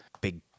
big